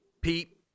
pete